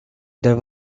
there